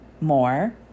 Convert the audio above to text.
more